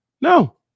No